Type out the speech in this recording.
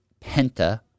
penta